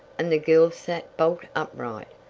and the girl sat bolt upright,